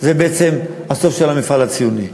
זה בעצם הסוף של המפעל הציוני.